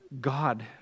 God